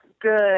good